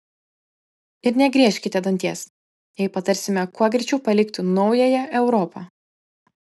ir negriežkite danties jei patarsime kuo greičiau palikti naująją europą